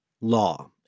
law